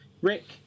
Rick